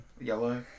yellow